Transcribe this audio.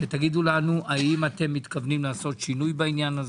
שתגידו לנו האם אתם מתכוונים לעשות שינוי בעניין,